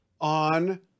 on